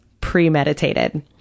premeditated